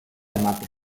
ematea